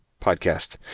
podcast